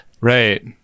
Right